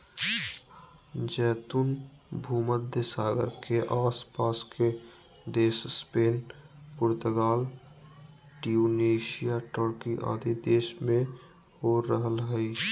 जैतून भूमध्य सागर के आस पास के देश स्पेन, पुर्तगाल, ट्यूनेशिया, टर्की आदि देश में हो रहल हई